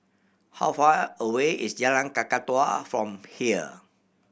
how far away is Jalan Kakatua from here